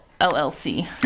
llc